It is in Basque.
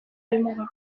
helmuga